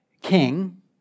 king